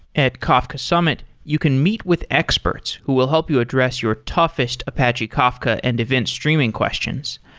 at kafka summit, you can meet with experts who will help you address your toughest apache kafka and event streaming questions.